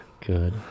Good